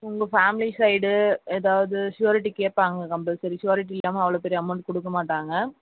உங்கள் family side ஏதாவுது security கேப்பாங்க கம்பல்சரி சுயுரிட்டி இல்லாமல் அவ்வளோ பெரிய அமௌண்ட் கொடுக்க மாட்டாங்க